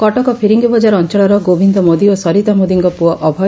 କଟକ ଫିରିଙ୍ଗିବଜାର ଅଞ୍ଞଳର ଗୋବିନ୍ଦ ମୋଦୀ ଓ ସରିତା ମୋଦୀଙ୍କ ପୁଅ ଅଭୟ